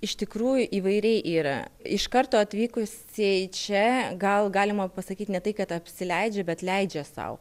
iš tikrųjų įvairiai yra iš karto atvykusieji čia gal galima pasakyt ne tai kad apsileidžia bet leidžia sau